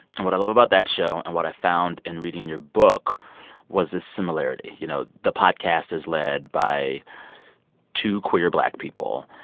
and what i love about that show and what i found in reading your book was the similarity. you know, the podcast is led by two queer black people.